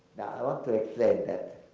i want to explain that